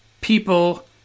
people